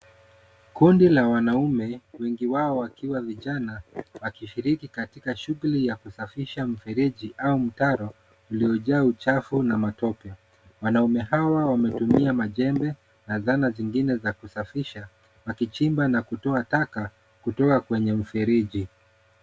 Kundi la wanaume wengi wao wakiwa vijana, wakishiriki katika shughuli ya kusafisha mfereji au mtaro uliojaa uchafu na matope. Wanaume hawa wametumia majembe na zana zingine za kusafisha wakichimba na kutoa taka kutoka kwenye mfereji.